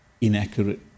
inaccurate